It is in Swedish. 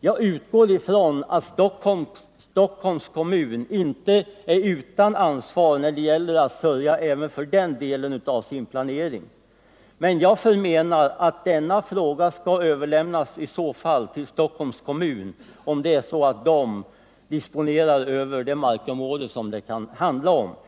Jag utgår från att Stockholms kommun inte är utan ansvar när det gäller att sörja även för den delen av sin planering. Men jag menar att denna fråga i så fall skall överlämnas till Stockholms kommun, om det är så att man där disponerar över det markområde som det kan handla om.